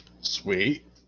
Sweet